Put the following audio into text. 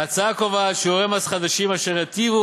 ההצעה קובעת שיעורי מס חדשים אשר ייטיבו